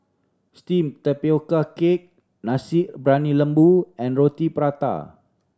steamed tapioca cake Nasi Briyani Lembu and Roti Prata